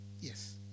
yes